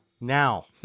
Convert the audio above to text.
now